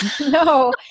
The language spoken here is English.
No